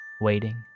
waiting